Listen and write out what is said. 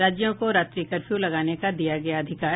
राज्यों को रात्रि कर्फ्यू लगाने का दिया गया अधिकार